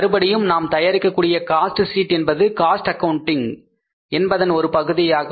மறுபடியும் நாம் தயாரிக்க கூடிய காஸ்ட் ஷீட் என்பது காஸ்ட் அக்கவுண்டிங் என்பதன் ஒரு பகுதியாகும்